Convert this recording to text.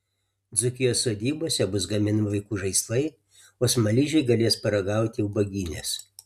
dzūkijos sodybose bus gaminami vaikų žaislai o smaližiai galės paragauti ubagynės